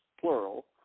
plural